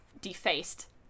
defaced